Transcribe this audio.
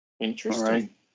Interesting